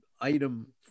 item